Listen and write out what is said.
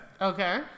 Okay